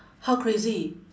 how crazy